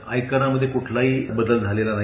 आयकरामधे कुठलाही बदल झालेला नाही